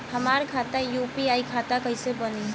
हमार खाता यू.पी.आई खाता कईसे बनी?